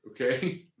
okay